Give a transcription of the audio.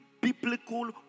biblical